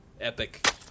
Epic